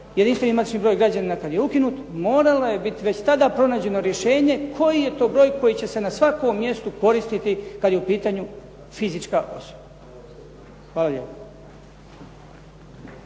jedinstveni matični broj građanina kad je ukinut moralo je bit već tada pronađeno rješenje koji je to broj koji će se na svakom mjestu koristiti kad je u pitanju fizička osoba. Hvala lijepa.